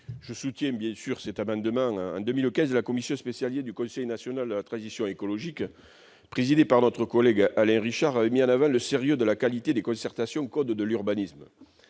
Je soutiens bien sûr l'amendement n° 3 rectifié. En 2015, la commission spécialisée du Conseil national de la transition écologique, présidée par notre collègue Alain Richard, avait mis en avant le sérieux et la qualité des concertations prévues par le code de l'urbanisme